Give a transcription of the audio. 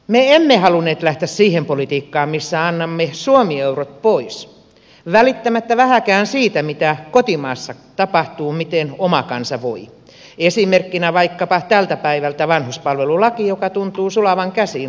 me emme halunneet lähteä siihen politiikkaan jossa annamme suomi eurot pois välittämättä vähääkään siitä mitä kotimaassa tapahtuu miten oma kansa voi esimerkkinä vaikkapa tältä päivältä vanhuspalvelulaki joka tuntuu sulavan käsiin rahan puutteesta